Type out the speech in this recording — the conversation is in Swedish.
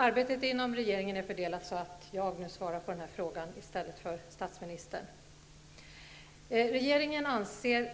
Arbetet inom regeringen är så fördelat att det är jag i stället för statsministern som skall svara på frågan. Regeringen anser